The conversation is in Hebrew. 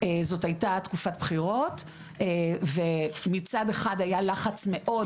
זאת הייתה תקופת בחירות ומצד אחד היה לחץ מאוד